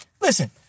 Listen